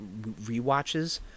rewatches